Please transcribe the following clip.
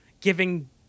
giving